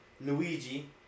Luigi